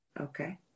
Okay